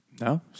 No